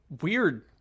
weird